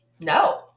No